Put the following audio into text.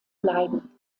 bleiben